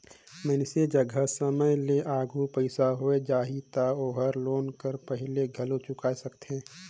मइनसे जघा समे ले आघु पइसा होय जाही त ओहर लोन ल पहिले घलो चुकाय सकथे